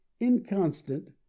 inconstant